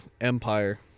empire